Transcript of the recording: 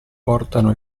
portano